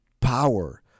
power